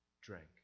drank